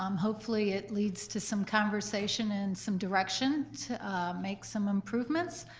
um hopefully it leads to some conversation and some direction to make some improvements,